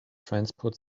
transport